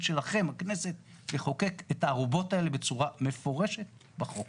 שלכם הכנסת לחוקק את הערובות האלה בצורה מפורשת בחוק.